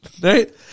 right